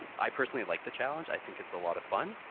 and i personally like the challenge, i think it's a lot of fun.